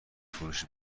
فروش